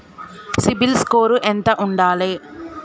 CIBIL score ఎంత ఉండాలే?